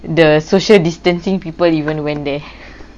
the social distancing people even went there